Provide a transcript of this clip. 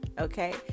okay